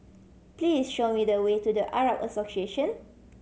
please show me the way to The Arab Association